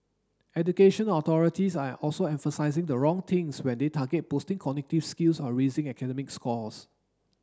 education authorities are also emphasising the wrong things when they target boosting cognitive skills or raising academic scores